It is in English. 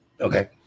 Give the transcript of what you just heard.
Okay